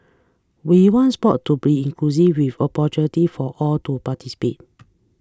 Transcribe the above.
we want sport to be inclusive with opportunities for all to participate